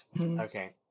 Okay